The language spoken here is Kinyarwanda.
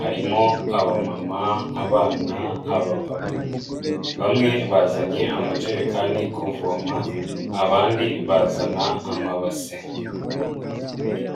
harimo abamama, abana, abapapa, bamwe bazanye amajerekani kuvoma abandi bazana amabase.